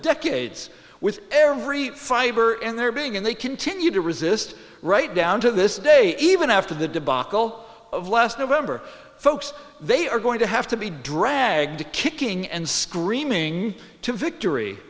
decades with every fiber in their being and they continue to resist right down to this day even after the debacle of last november folks they are going to have to be dragged kicking and screaming to victory